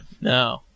No